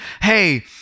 Hey